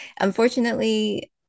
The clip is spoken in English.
unfortunately